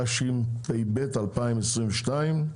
התשפ"ב-2022.